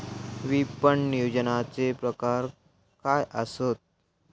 विपणन नियोजनाचे प्रकार काय आसत?